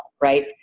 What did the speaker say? right